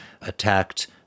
attacked